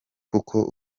kuko